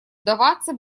вдаваться